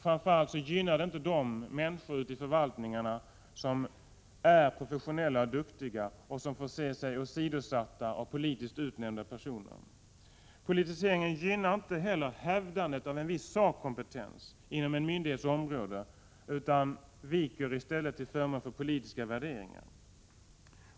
Framför allt gynnar den inte de människor ute i förvaltningarna som är professionella och duktiga och får se sig åsidosatta av politiskt utnämnda personer. Politiseringen gynnar inte heller hävdandet av en viss sakkompetens inom en myndighets område, utan viker i stället till förmån för politiska värderingar.